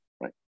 Right